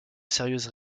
sérieuses